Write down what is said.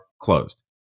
closed